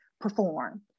perform